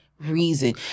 reason